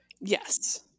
Yes